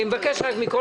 אני מבקש מכל